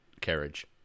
carriage